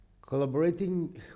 Collaborating